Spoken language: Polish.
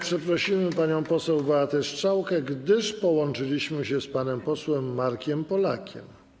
Przeprosimy panią poseł Beatę Strzałkę, gdyż połączyliśmy się z panem posłem Markiem Polakiem.